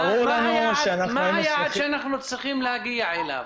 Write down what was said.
מה היעד שאנחנו צריכים להגיע אליו?